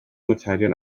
materion